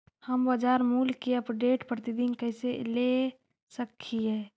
हम बाजार मूल्य के अपडेट, प्रतिदिन कैसे ले सक हिय?